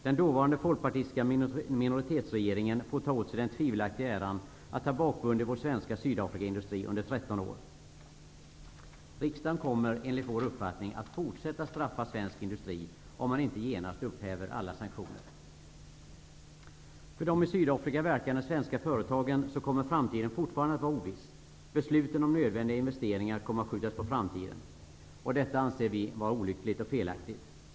Den dåvarande folkpartistiska minoritetsregeringen får ta åt sig den tvivelaktiga äran av att ha bakbundit våra svenska Sydafrikaindustrier under 13 år. Riksdagen kommer enligt vår uppfattning att fortsätta att straffa svensk industri, om man inte snarast upphäver alla sanktioner. För de i Sydafrika verkande svenska företagen kommer framtiden fortfarande att vara oviss. Besluten om nödvändiga investeringar kommer att skjutas på framtiden. Detta anser vi vara olyckligt och felaktigt.